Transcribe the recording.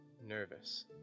nervous